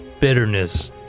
bitterness